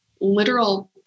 literal